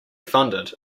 funded